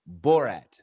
Borat